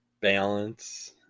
Balance